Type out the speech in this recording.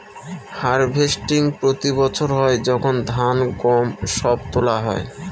harvesting প্রতি বছর হয় যখন ধান, গম সব তোলা হয়